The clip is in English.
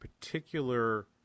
particular